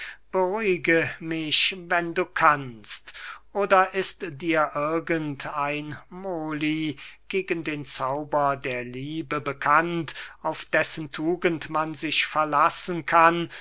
beruhige mich wenn du kannst oder ist dir irgend ein moly gegen den zauber der liebe bekannt auf dessen tugend man sich verlassen kann